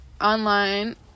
online